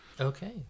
Okay